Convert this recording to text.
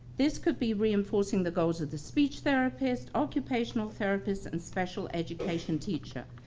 this could be reinforcing the goals of the speech therapist occupational therapist and special education teacher.